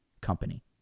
company